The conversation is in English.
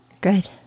good